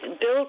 Bill